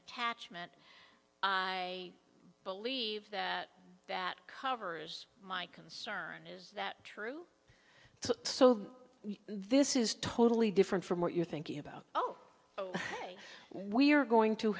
ttachment i believe that covers my concern is that true so this is totally different from what you're thinking about oh we're going to